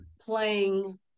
playing